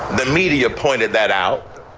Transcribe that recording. the media pointed that out.